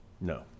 no